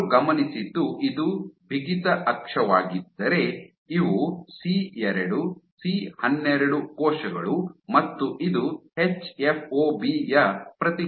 ಅವರು ಗಮನಿಸಿದ್ದು ಇದು ಬಿಗಿತ ಅಕ್ಷವಾಗಿದ್ದರೆ ಇವು ಸಿ2 ಸಿ12 ಕೋಶಗಳು ಮತ್ತು ಇದು ಎಚ್ಎಫ್ಒಬಿ ಯ ಪ್ರತಿಕ್ರಿಯೆ